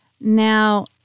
Now